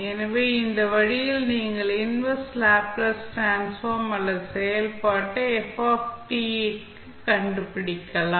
எனவே இந்த வழியில் நீங்கள் இன்வெர்ஸ் லேப்ளேஸ் டிரான்ஸ்ஃபார்ம் அல்லது செயல்பாட்டை ஐக் கண்டுபிடிக்கலாம்